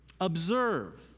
Observe